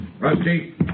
Rusty